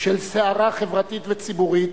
של סערה חברתית וציבורית,